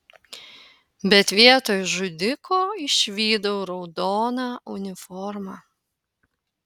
bet vietoj žudiko išvydau raudoną uniformą